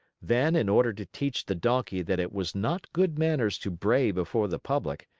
then, in order to teach the donkey that it was not good manners to bray before the public,